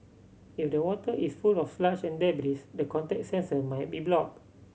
if the water is full of sludge and debris the contact sensor might be blocked